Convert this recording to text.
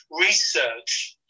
research